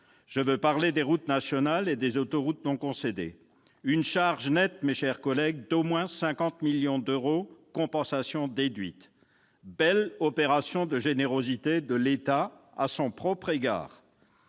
Je veux parler des routes nationales et des autoroutes non concédées. La charge nette est d'au moins 50 millions d'euros, compensation déduite. Belle opération de générosité de l'État à son propre égard